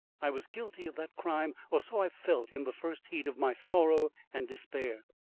i was guilty of that crime or so i felt in the first heat of my sorrow and despair.